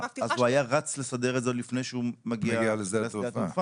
אז הוא היה רץ לסדר את זה עוד לפני שהוא מגיע לשדה התעופה?